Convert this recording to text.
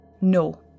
No